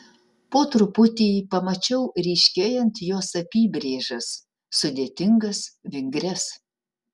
po truputį pamačiau ryškėjant jos apybrėžas sudėtingas vingrias